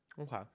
Okay